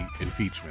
impeachment